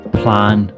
plan